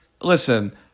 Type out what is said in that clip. Listen